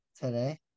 today